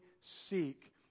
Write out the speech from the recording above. seek